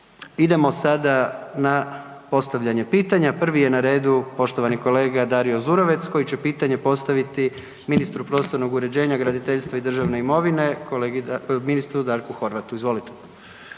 Idemo sada na postavljanje pitanja, prvi je na radu poštovani kolega Dario Zurovec koji će pitanje postaviti ministru prostornog uređenja, graditeljstva i državne imovine, kolegi, ministru Darku Horvatu. **Zurovec,